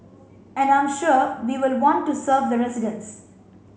and I'm sure we will want to serve the residents